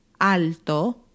Alto